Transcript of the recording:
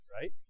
Right